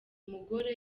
mugore